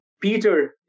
Peter